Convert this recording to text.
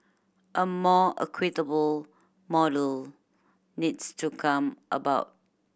a more equitable model needs to come about